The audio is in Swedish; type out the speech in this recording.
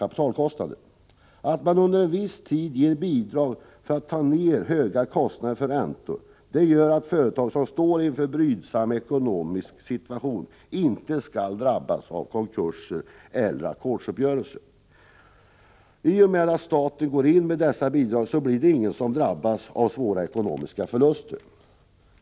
Att staten under en tid ger företag bidrag för att minska deras höga kostnader för räntor, innebär att företag som står inför en brydsam ekonomisk situation inte drabbas av konkurser eller ackordsuppgörelser. I och med att staten går in med dessa bidrag drabbas ingen av svåra ekonomiska förluster.